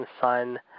Sun